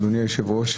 אדוני היושב-ראש,